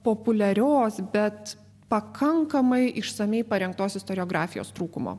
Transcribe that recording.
populiarios bet pakankamai išsamiai parengtos istoriografijos trūkumo